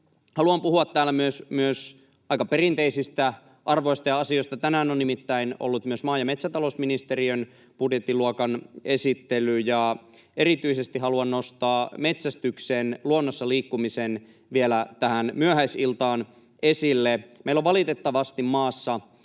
haluan puhua täällä myös aika perinteisistä arvoista ja asioista. Tänään on nimittäin ollut myös maa- ja metsätalousministeriön budjettiluokan esittely, ja erityisesti haluan nostaa metsästyksen, luonnossa liikkumisen, vielä tähän myöhäisiltaan esille. Meillä on valitettavasti maassa